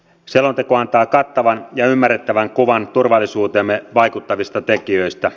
selonteko antaa kattavan ja ymmärrettävän kuvan turvallisuuteemme vaikuttavista tekijöistä